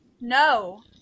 No